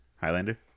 Highlander